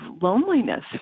loneliness